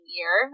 ear